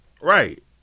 right